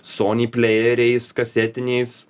sony plėjeriais kasetiniais